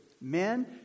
Men